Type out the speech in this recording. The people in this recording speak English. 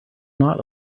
not